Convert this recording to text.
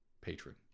patron